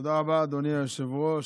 תודה רבה, אדוני היושב-ראש.